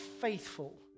faithful